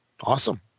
Awesome